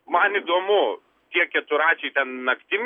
man įdomu tie keturračiai ten naktim